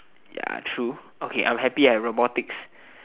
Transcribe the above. ya true okay I'm happy I robotics